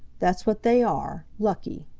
that's what they are lucky.